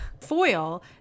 foil